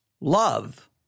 love